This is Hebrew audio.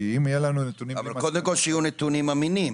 כי אם יהיה לנו נתונים --- אבל קודם כל שיהיו נתונים אמינים,